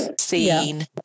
seen